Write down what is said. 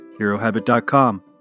HeroHabit.com